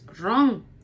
wrong